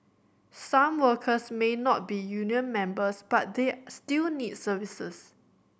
some workers may not be union members but they still need services